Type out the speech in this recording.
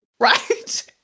Right